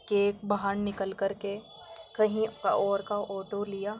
cake باہر نکل کر کے کہیں اور کا آٹو لیا